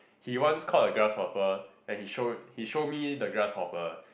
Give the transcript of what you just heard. he once caught a grasshopper and he showed he show me the grasshopper